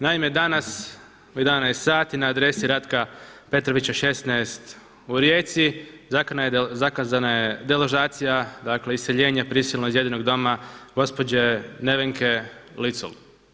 Naime, danas u 11 sati na adresi Ratka Petrovića 16 u Rijeci zakazana je deložacija, dakle iseljenje, prisilno iz njezinog doma gospođe Nevenke Licl.